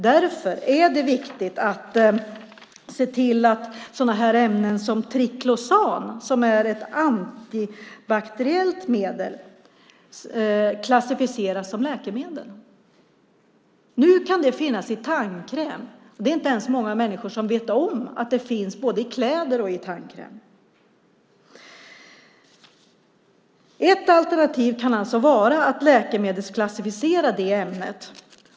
Därför är det viktigt att se till att ämnen som triklosan, som är ett antibakteriellt medel, klassificeras som läkemedel. Nu kan det finnas i tandkräm. Det är inte många människor som vet om att det finns i både kläder och tandkräm. Ett alternativ kan alltså vara att läkemedelsklassificera ämnet.